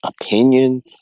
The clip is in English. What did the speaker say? opinion